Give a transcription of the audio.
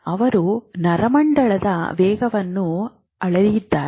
ಅವರು ನರಮಂಡಲದ ವೇಗವನ್ನು ಅಳೆಯಿದ್ದಾರೆ